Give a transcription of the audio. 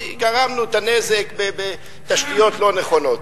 כי גרמנו את הנזק בתשתיות לא נכונות.